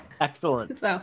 Excellent